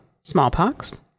smallpox